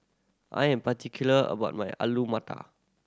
I am particular about my Alu Matar